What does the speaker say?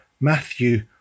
Matthew